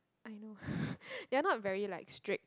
I know they are not very like strict